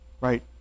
right